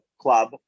club